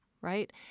right